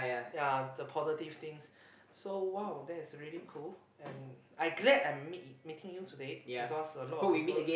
ya the positive things so !wow! that's really cool and I glad I'm meet meeting you today because a lot of people